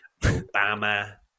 obama